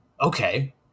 okay